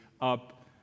up